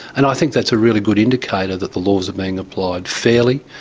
and i think that's a really good indicator that the laws are being applied fairly,